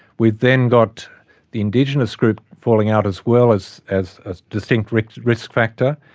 we then got the indigenous group falling out as well as as a distinct risk risk factor.